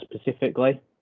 specifically